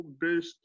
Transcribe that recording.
based